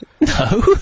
No